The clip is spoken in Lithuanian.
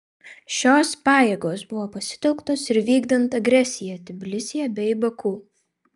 šios pajėgos buvo pasitelktos ir vykdant agresiją tbilisyje bei baku